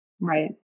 Right